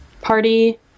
party